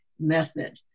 method